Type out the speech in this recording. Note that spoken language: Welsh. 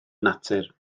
natur